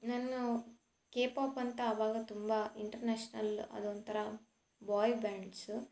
ನಾನು ಕೆಪೋಪ್ ಅಂತ ಆವಾಗ ತುಂಬ ಇಂಟರ್ನ್ಯಾಷನಲ್ ಅದೊಂಥರ ಬೋಯ್ ಬ್ಯಾಂಡ್ಸು